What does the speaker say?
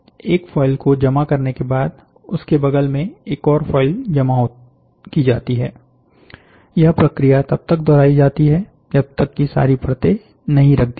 एक फॉयल को जमा करने के बाद उसके बगल में एक और फॉयल जमा की जाती है यह प्रक्रिया तब तक दोहराई जाती है जब तक की सारी परते नहीं रख दी जाती